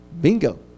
Bingo